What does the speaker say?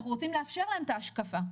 אנחנו רוצים לאפשר להם את ההשקעה.